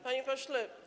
Panie Pośle!